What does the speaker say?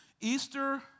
Easter